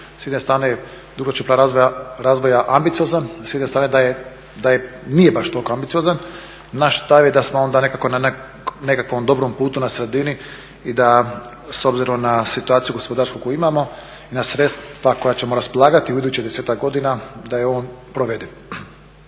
s jedne strane dugoročni plan razvoja ambiciozan, a s jedne strane da nije baš toliko ambiciozan. Naš stav je da smo onda nekako na nekakvom dobrom putu na sredini i da s obzirom na situaciju gospodarsku koju imamo i na sredstva kojima ćemo raspolagati u idućih desetak godina da je on provediv.